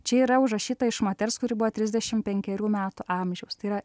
čia yra užrašyta iš moters kuri buvo trisdešim penkerių metų amžiaus tai yra